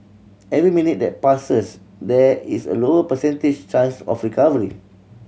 every minute that passes there is a lower percentage chance of recovery